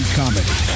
comedy